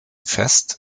fest